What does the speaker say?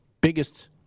Biggest